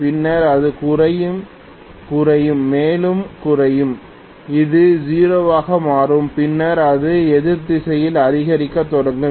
பின்னர் அது குறையும் குறையும் மேலும் குறையும் அது 0 ஆக மாறும் பின்னர் அது எதிர் திசையில் அதிகரிக்கத் தொடங்கும்